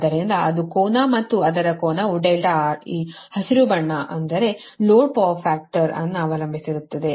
ಆದ್ದರಿಂದ ಅದು ಕೋನ ಮತ್ತು ಅದರ ಕೋನವು R ಈ ಹಸಿರು ಬಣ್ಣ ಅಂದರೆ ಇದು ಲೋಡ್ ಪವರ್ ಫ್ಯಾಕ್ಟರ್ ಅನ್ನು ಅವಲಂಬಿಸಿರುತ್ತದೆ